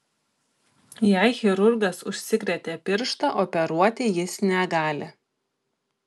jei chirurgas užsikrėtė pirštą operuoti jis negali